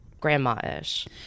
grandma-ish